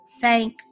thank